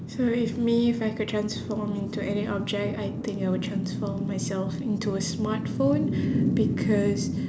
so if me if I could transform into any object I think I would transform myself into a smartphone because